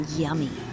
yummy